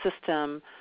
system